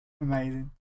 amazing